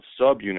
subunit